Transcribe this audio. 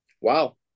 Wow